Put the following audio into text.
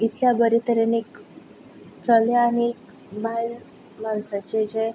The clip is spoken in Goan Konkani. इतल्या बऱ्या तरेन एक चल्यान एक बायल मानसाची जें